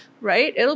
right